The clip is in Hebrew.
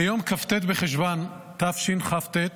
ביום כ"ט בחשוון תשכ"ט,